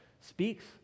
speaks